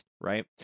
right